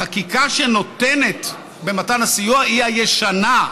החקיקה הנוגעת למתן הסיוע ישנה,